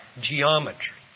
geometry